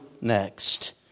next